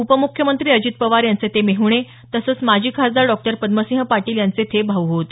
उपमुख्यमंत्री अजित पवार यांचे ते मेहणे तसंच माजी खासदार डॉक्टर पद्मसिंह पाटील यांचे ते भाऊ होत